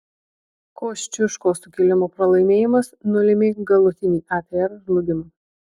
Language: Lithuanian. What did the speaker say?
kosciuškos sukilimo pralaimėjimas nulėmė galutinį atr žlugimą